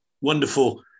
wonderful